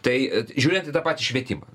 tai žiūrėt į tą patį švietimą